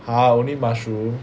!huh! only mushroom